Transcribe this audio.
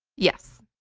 yes.